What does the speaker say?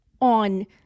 on